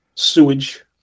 sewage